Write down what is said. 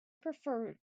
prefer